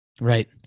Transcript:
right